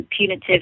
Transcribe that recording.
punitive